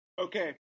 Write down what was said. Okay